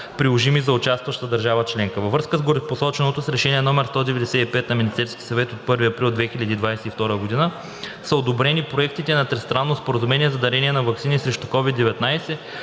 приложими за участваща държава членка. Във връзка с горепосоченото с Решение № 195 на Министерския съвет от 1 април 2022 г. са одобрени проектите на Тристранно споразумение за дарение на ваксини срещу COVID-19,